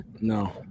No